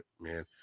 man